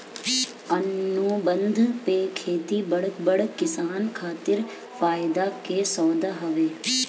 अनुबंध पे खेती बड़ बड़ किसान खातिर फायदा के सौदा हवे